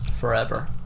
Forever